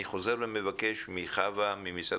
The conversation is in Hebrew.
אני חוזר ומבקש מחוה פרידמן ממשרד